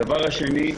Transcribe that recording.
הדבר השני,